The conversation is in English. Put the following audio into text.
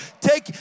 Take